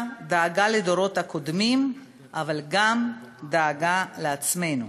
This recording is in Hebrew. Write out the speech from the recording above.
דאגה לדורות הקודמים אבל גם דאגה לעצמנו,